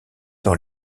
dans